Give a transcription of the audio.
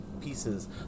pieces